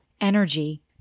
energy